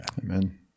amen